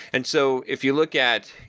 and so if you look at,